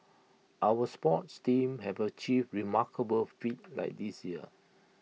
our sports teams have achieved remarkable feats that this year